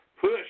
push